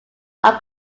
are